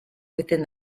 within